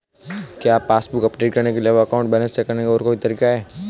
क्या passbook update करने के अलावा अकाउंट बैलेंस चेक करने का कोई और तरीका है?